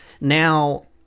Now